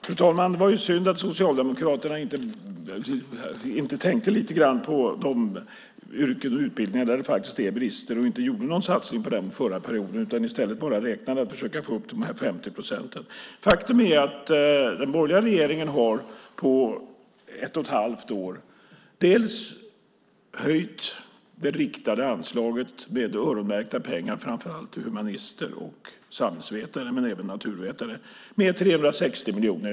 Fru talman! Det var synd att Socialdemokraterna inte tänkte lite grann på de yrken och utbildningar där det faktiskt är brist och inte gjorde några satsningar på dem förra perioden, utan i stället bara räknade för att försöka få upp de här 50 procenten. Faktum är att den borgerliga regeringen på ett och ett halvt år har höjt det riktade anslaget med öronmärkta pengar, framför allt till humanister och samhällsvetare men även naturvetare, med 360 miljoner.